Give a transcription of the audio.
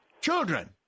Children